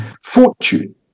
fortune